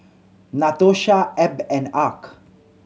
Natosha Ebb and Arch